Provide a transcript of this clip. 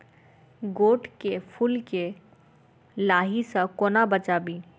गोट केँ फुल केँ लाही सऽ कोना बचाबी?